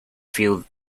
feel